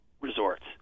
resorts